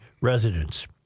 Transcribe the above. residents